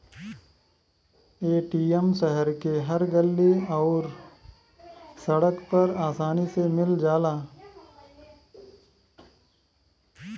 ATM शहर के हर गल्ली आउर सड़क पर आसानी से मिल जाला